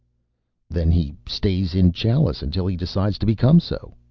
then he stays in chalice until he decides to become so.